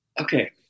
Okay